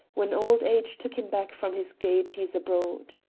when old age took him back from his gaieties abroad.